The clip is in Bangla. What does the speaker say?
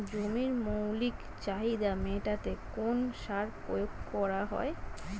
জমির মৌলিক চাহিদা মেটাতে কোন সার প্রয়োগ করা হয়?